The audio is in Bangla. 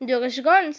যোগেশগঞ্জ